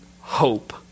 hope